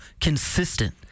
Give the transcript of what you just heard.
consistent